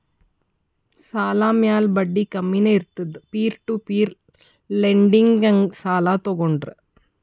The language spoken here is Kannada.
ಸಾಲ ಮ್ಯಾಲ ಬಡ್ಡಿ ಕಮ್ಮಿನೇ ಇರ್ತುದ್ ಪೀರ್ ಟು ಪೀರ್ ಲೆಂಡಿಂಗ್ನಾಗ್ ಸಾಲ ತಗೋಂಡ್ರ್